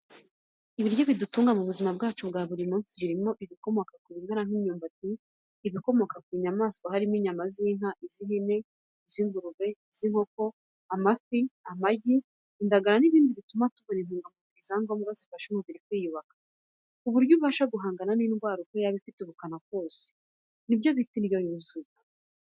Ibiryo bidutunga mu buzima bwa buri munsi, biba birimo ibikomoka ku bimera nk'imyumbati n'ibikomoka ku nyamaswa harimo: inyama z'inka, iz'ihene, iz'ingurube, iz'inkoko, amafi, amagi, indagara n'ibindi bituma tubona intungamubiri za ngombwa zifasha umubiri kwiyubaka, ku buryo ubasha guhangana n'indwara uko yaba ifite ubukana kose. Ni byo bita indyo yuzuye.